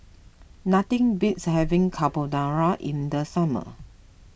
nothing beats having Carbonara in the summer